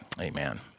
amen